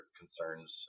concerns